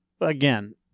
again